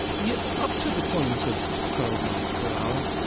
yeah up to the point of twelve miles per hour,